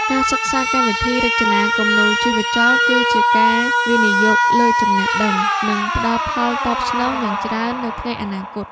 ការសិក្សាកម្មវិធីរចនាគំនូរជីវចលគឺជាការវិនិយោគលើចំណេះដឹងដែលនឹងផ្តល់ផលតបស្នងយ៉ាងច្រើននៅថ្ងៃអនាគត។